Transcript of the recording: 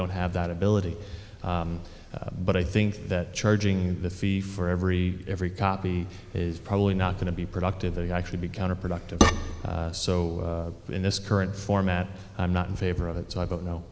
don't have that ability but i think that charging the fee for every every copy is probably not going to be productive that you actually be counterproductive so in this current format i'm not in favor of it so i don't know